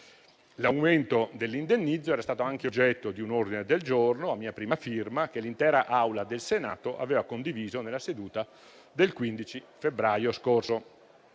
L'aumento dell'indennizzo era stato anche oggetto di un ordine del giorno a mia prima firma, che l'intera Assemblea del Senato aveva condiviso nella seduta del 15 febbraio scorso.